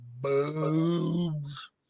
Boobs